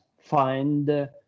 find